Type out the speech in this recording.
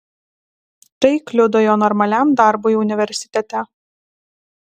tai kliudo jo normaliam darbui universitete